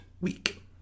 week